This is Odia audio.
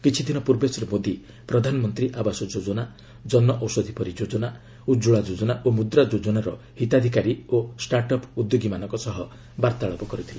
କିଛିଦିନ ପୂର୍ବେ ଶ୍ରୀ ମୋଦି ପ୍ରଧାନମନ୍ତ୍ରୀ ଆବାସ ଯୋଜନା ଜନଷୌଧି ପରିଯୋଜନା ଉଜ୍ୱଳା ଯୋଜନା ଏବଂ ମୁଦ୍ରା ଯୋଜନାର ହିତାଧିକାରୀ ଓ ଷ୍ଟାଟ୍ ଅପ୍ ଉଦ୍ୟୋଗୀମାନଙ୍କ ସହ ବାର୍ତ୍ତାଳାପ କରିଥିଲେ